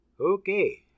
okay